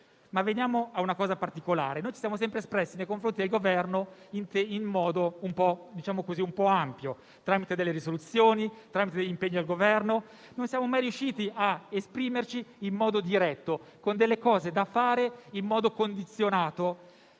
Veniamo a una cosa particolare. Noi ci siamo sempre espressi nei confronti del Governo in modo ampio tramite delle risoluzioni, degli atti che impegnano il Governo e non siamo mai riusciti a esprimerci in modo diretto con delle cose da fare in modo condizionato